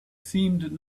seemed